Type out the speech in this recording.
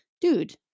dude